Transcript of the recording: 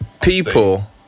People